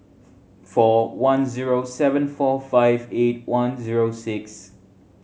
four one zero seven four five eight one zero six